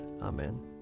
Amen